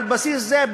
על בסיס זה,